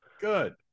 Good